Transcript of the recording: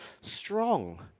strong